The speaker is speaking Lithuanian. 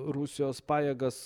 rusijos pajėgas